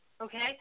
Okay